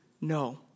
No